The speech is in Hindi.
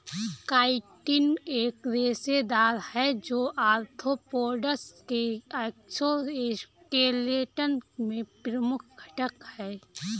काइटिन एक रेशेदार है, जो आर्थ्रोपोड्स के एक्सोस्केलेटन में प्रमुख घटक है